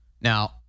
Now